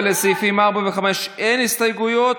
לסעיפים 4 ו-5 אין הסתייגויות.